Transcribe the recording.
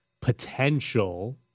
potential